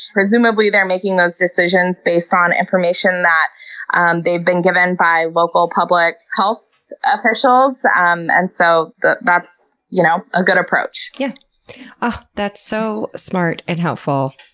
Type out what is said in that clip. presumably they're making those decisions based on information that and they've been given by local public health officials, um and so that's you know a good approach yeah oh, that's so smart and helpful.